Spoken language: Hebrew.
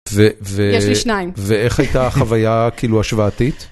ואיך הייתה החוויה השוואתית?